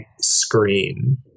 screen